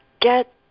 get